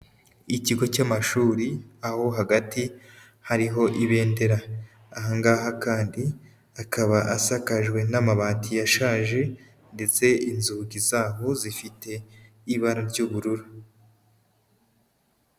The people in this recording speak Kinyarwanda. Ikigo cy'amashuri aho hagati hariho ibendera, aha ngaha kandi akaba asakajwe n'amabati yashaje, ndetse inzugi z'abo zifite ibara ry'ubururu.